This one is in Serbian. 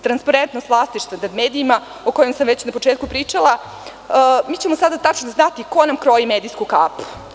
Transparentnost vlasništva o medijima, o čemu sam već na početku pričala, mi ćemo sada tačno znati ko nam kroji medijsku kapu.